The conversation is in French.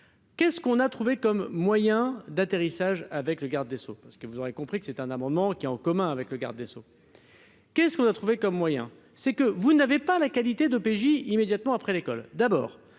qu'est-ce qu'on a trouvé comme moyen d'atterrissage avec le garde des Sceaux, parce que vous aurez compris que c'était un amendement qui a en commun avec le garde des Sceaux. Qu'est-ce qu'on a trouvé comme moyen, c'est que vous n'avez pas la qualité d'OPJ immédiatement après l'école.